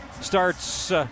starts